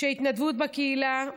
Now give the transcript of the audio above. שהתנדבות בקהילה,